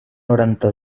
noranta